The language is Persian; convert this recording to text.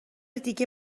دیگه